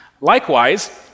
Likewise